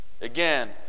Again